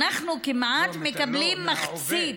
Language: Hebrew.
אנחנו מקבלים כמעט מחצית.